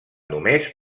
només